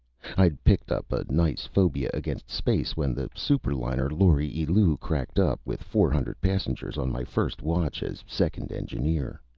i'd picked up a nice phobia against space when the super-liner lauri ellu cracked up with four hundred passengers on my first watch as second engineer.